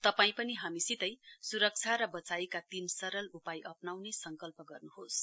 तपाई पनि हामीसितै सुरक्षा र बचाइका तीन सरल उपायहरू अप्राउने संकल्प गर्नुहोस्